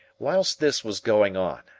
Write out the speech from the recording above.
whilst this was going on,